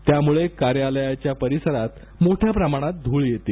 यामुळे कार्यालयाच्या परिसरात मोठ्या प्रमाणात धूळ येते